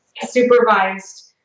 supervised